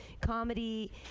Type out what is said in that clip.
comedy